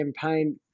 campaign